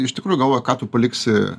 iš tikrųjų galvoju ką tu paliksi